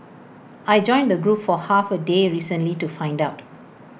I joined the group for half A day recently to find out